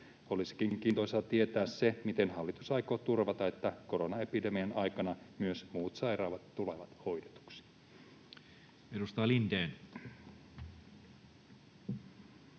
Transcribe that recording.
Olisikin kiintoisaa tietää se, miten hallitus aikoo turvata sen, että koronaepidemian aikana myös muut sairaudet tulevat hoidetuiksi.